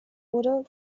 wurde